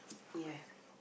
ya